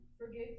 forgive